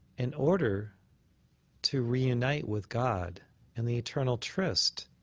in order to reunite with god in the eternal tryst